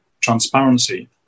transparency